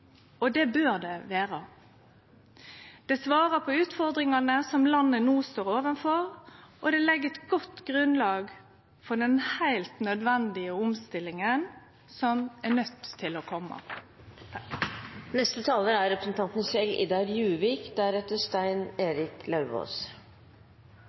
og det bør det vere. Det svarar på utfordringane som landet no står overfor, og det legg eit godt grunnlag for den heilt nødvendige omstillinga som er nøydd til å kome. «Arbeid til alle er jobb nummer én», er Arbeiderpartiet hovedfokus i budsjettet for 2016. «Se mot nord. Oftere. Det er